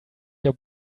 your